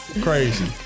Crazy